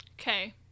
okay